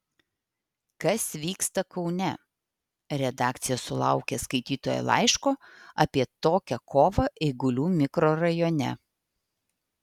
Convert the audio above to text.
kas vyksta kaune redakcija sulaukė skaitytojo laiško apie tokią kovą eigulių mikrorajone